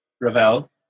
Ravel